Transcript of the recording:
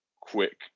quick